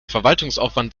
verwaltungsaufwand